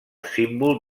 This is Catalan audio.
símbol